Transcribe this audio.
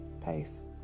pace